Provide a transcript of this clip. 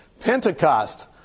Pentecost